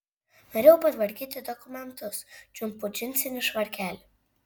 norėjau patvarkyti dokumentus čiumpu džinsinį švarkelį